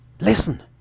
Listen